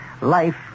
Life